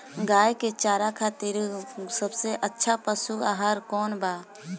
गाय के चारा खातिर सबसे अच्छा पशु आहार कौन बा?